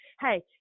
Hey